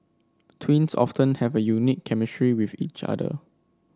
twins often have a unique chemistry with each other